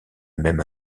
même